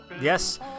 yes